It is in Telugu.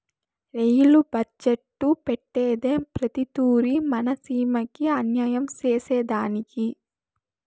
రెయిలు బడ్జెట్టు పెట్టేదే ప్రతి తూరి మన సీమకి అన్యాయం సేసెదానికి